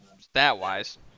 stat-wise